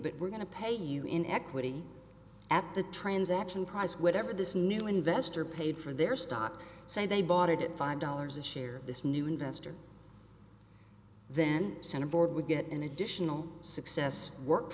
but we're going to pay you in equity at the transaction prize whatever this new investor paid for their stock say they bought it at five dollars a share this new investor then center board would get an additional success work